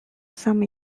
some